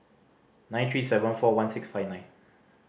nine three seven four one six five nine